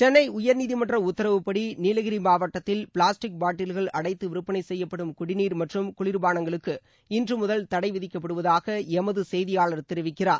சென்னை உயர்நீதிமன்ற உத்தரவுப்படி நீலகிரி மாவட்டத்தில் பிளாஸ்டிக் பாட்டில்கள் அடைத்து விற்பனை செய்யப்படும் குடிநீர் மற்றும் குளிர் பானங்களுக்கு இன்று முதல் தடை விதிக்கப்படுவதாக எமது செய்தியாளர் தெரிவிக்கிறார்